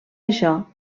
això